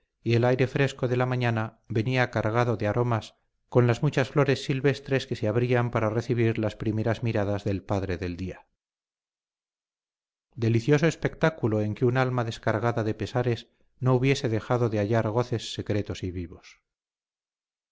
y el aire fresco de la mañana venía cargado de aromas con las muchas flores silvestres que se abrían para recibir las primeras miradas del padre del día delicioso espectáculo en que un alma descargada de pesares no hubiese dejado de hallar goces secretos y vivos